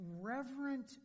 reverent